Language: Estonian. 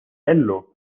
ellu